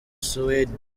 suede